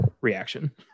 reaction